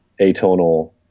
atonal